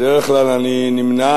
בדרך כלל אני נמנע,